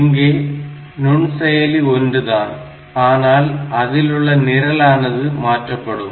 இங்கே நுண்செயலி ஒன்றுதான் ஆனால் அதிலுள்ள நிரலானது மாற்றப்படும்